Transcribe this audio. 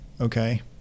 okay